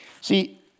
See